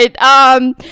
right